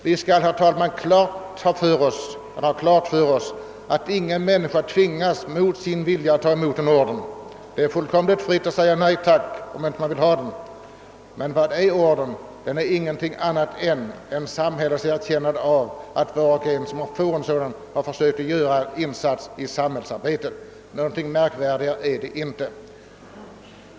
Vi bör emellertid, herr talman, ha klart för oss att ingen människa tvingas — mot sin vilja alltså — att ta emot en orden. Det står oss fullkomligt fritt att säga nej tack om vi inte vill ha en. Vad är en orden? Den är ett bevis på samhällets erkännande av att var och en som får en sådan har försökt göra en insats i samhällsarbetet. Någonting märkvärdigare är den inte.